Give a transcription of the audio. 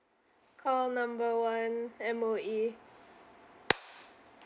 call number one M_O_E